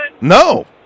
No